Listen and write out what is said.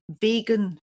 vegan